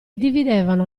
dividevano